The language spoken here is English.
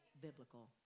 biblical